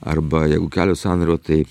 arba jeigu kelio sąnario tai